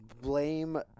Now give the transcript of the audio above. blame